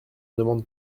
demande